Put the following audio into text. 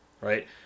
right